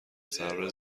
ذره